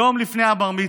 יום לפני בר-המצווה.